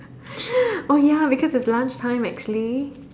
oh ya because it's lunch time actually